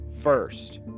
first